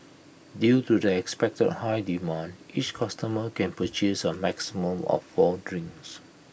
due to the expected high demand each customer can purchase A maximum of four drinks